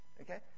Okay